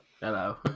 Hello